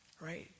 right